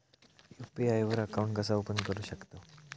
UPI वर account कसा open करू शकतव?